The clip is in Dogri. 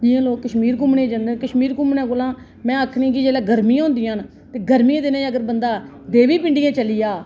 जियां लोक कश्मीर घुम्मने गी जंदे न कश्मीर घूमने कोला में आक्खनी कि जेल्लै गर्मियां होंदियां न ते गर्मियें दिनें अगर बंदा देवी पिंडियें चली जा